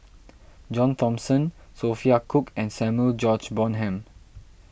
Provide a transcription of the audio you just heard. John Thomson Sophia Cooke and Samuel George Bonham